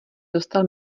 dostal